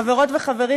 חברות וחברים,